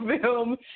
film